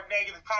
negative